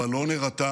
אבל לא נירתע